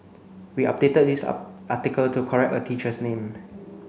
we updated this article to correct a teacher's name